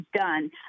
done